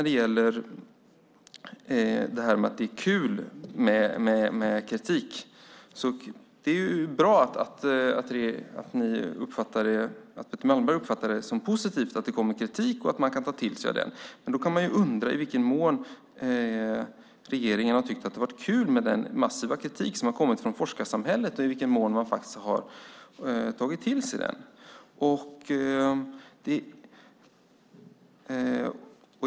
Det är bra att Betty Malmberg uppfattar det som positivt att det kommer kritik och att man kan ta till sig den. Men man kan undra i vilken mån regeringen har tyckt att det har varit kul med den massiva kritik som har kommit från forskarsamhället och i vilken mån man har tagit till sig den.